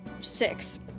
six